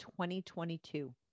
2022